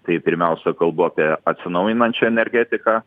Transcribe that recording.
tai pirmiausia kalbu apie atsinaujinančią energetiką